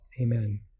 amen